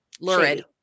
lurid